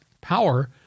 power